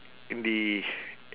in the